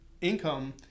income